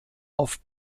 auf